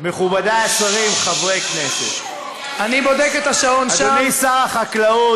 מכובדיי השרים, חברי הכנסת, מיקי, תשכנע אותם